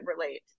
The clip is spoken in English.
relate